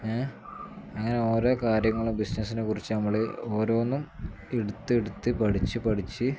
അങ്ങനെ ഓരോ കാര്യങ്ങളും ബിസിനസ്സിനെക്കുറിച്ച് നമ്മൾ ഓരോന്നും എടുത്ത് എടുത്ത് പഠിച്ച് പഠിച്ച്